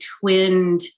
twinned